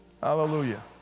Hallelujah